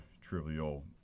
trivial